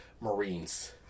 Marines